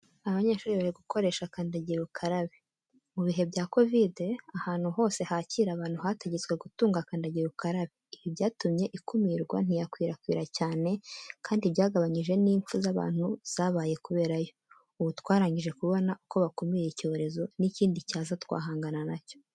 Abanyeshuri bari gukoresha kandagira ukarabe. Mu bihe bya kovide ahantu hose hakira abantu hategetswe gutunga kandagira ukarabe, ibi byatumye ikumirwa ntiyakwirakwira cyane, kandi byagabanyije n'impfu z'abantu zabaye kubera yo. Ubu twarangije kubona uko bakumira icyorezo n'ikindi cyaza twahangana na cyo.